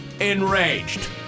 enraged